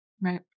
Right